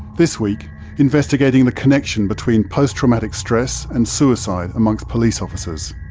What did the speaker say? this week investigating the connection between post traumatic stress and suicide amongst police officers.